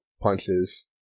punches